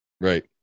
Right